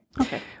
Okay